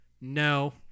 No